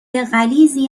غلیظی